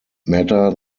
matter